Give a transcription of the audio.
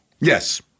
Yes